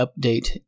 update